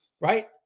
right